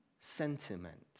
sentiment